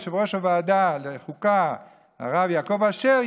יושב-ראש ועדת החוקה הרב יעקב אשר,